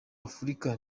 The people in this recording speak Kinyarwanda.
afurika